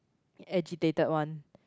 agitated one